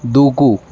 దూకు